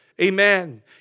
Amen